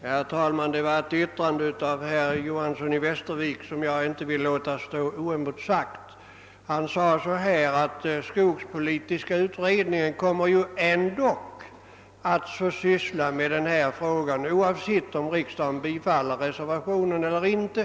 Herr talman! Det är ett yttrande av herr Johanson i Västervik som jag inte vill låta stå oemotsagt. Herr Johanson i Västervik sade att skogspolitiska utredningen ändock kommer att få syssla med denna fråga, oavsett om riksdagen bifaller reservationen eller inte.